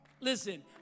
Listen